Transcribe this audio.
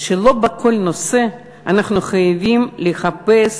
שלא בכל נושא אנחנו חייבים לחפש,